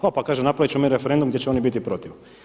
A pa kaže napravit ćemo mi referendum gdje će oni biti protiv.